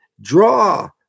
draw